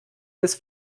des